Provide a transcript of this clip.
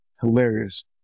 hilarious